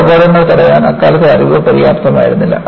ഈ അപകടങ്ങൾ തടയാൻ അക്കാലത്തെ അറിവ് പര്യാപ്തമായിരുന്നില്ല